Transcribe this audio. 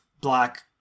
black